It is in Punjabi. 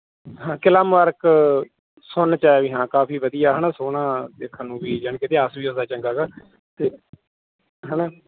ਹਾਂ ਕਿਲ੍ਹਾ ਮੁਬਾਰਕ ਸੁਣਨ 'ਚ ਆਇਆ ਵੀ ਹਾਂ ਕਾਫੀ ਵਧੀਆ ਹੈ ਨਾ ਸੋਹਣਾ ਦੇਖਣ ਨੂੰ ਵੀ ਯਾਨੀ ਕਿ ਇਤਿਹਾਸ ਵੀ ਉਹਦਾ ਚੰਗਾ ਹੈਗਾ ਅਤੇ ਹੈ ਨਾ